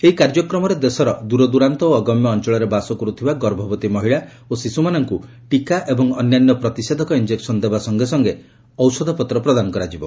ଏହି କାର୍ଯ୍ୟକ୍ରମରେ ଦେଶର ଦୂରଦୂରାନ୍ତ ଓ ଅଗମ୍ୟ ଅଞ୍ଚଳରେ ବାସ କରୁଥିବା ଗର୍ଭବତୀ ମହିଳା ଓ ଶିଶୁମାନଙ୍କୁ ଟୀକା ଏବଂ ଅନ୍ୟାନ୍ୟ ପ୍ରତିଷେଧକ ଇଞ୍ଜେକସନ୍ ଦେବା ସଙ୍ଗେ ସଙ୍ଗେ ଔଷଧପତ୍ର ପ୍ରଦାନ କରାଯିବ